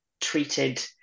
treated